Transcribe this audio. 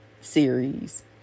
series